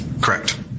Correct